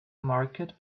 market